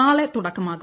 നാളെ തുടക്കമാകും